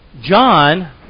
John